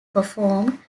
performed